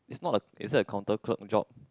it's not a is that a counter clerk job